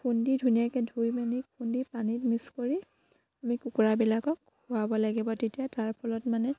খুন্দি ধুনীয়াকে ধুই মানি খুন্দি পানীত মিক্স কৰি আমি কুকুৰাবিলাকক খুৱাব লাগিব তেতিয়া তাৰ ফলত মানে